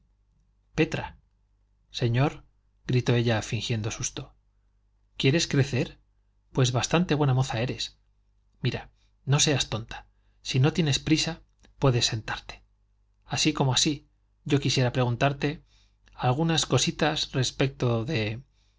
señor gritó ella fingiendo susto quieres crecer pues bastante buena moza eres mira no seas tonta si no tienes prisa puedes sentarte así como así yo quisiera preguntarte algunas cositas respecto de